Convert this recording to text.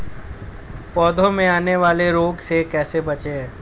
पौधों में आने वाले रोग से कैसे बचें?